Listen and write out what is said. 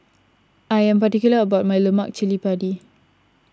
I am particular about my Lemak Cili Padi